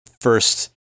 first